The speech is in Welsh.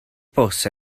bws